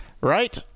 Right